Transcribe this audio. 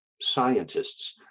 scientists